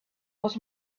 was